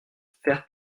faire